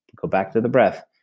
go back to the breath.